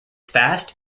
fast